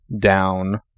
down